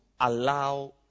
allow